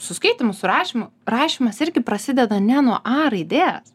su skaitymu su rašymu rašymas irgi prasideda ne nuo a raidės